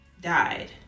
died